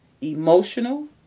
emotional